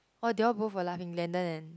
oh they all both were laughing Glenden and